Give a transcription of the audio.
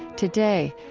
today,